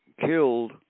killed